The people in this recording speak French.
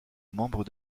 membre